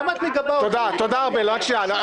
למה את מגבה את --- תודה על ההבהרה.